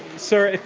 sir,